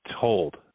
Told